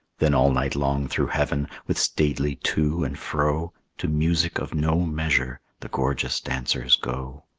then all night long through heaven, with stately to and fro, to music of no measure, the gorgeous dancers go.